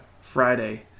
Friday